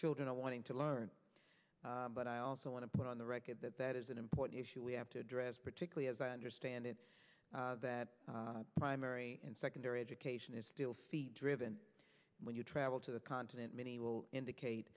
children are wanting to learn but i also want to put on the record that that is an important issue we have to address particularly as i understand it that primary and secondary education is still feet driven when you travel to the continent many will indicate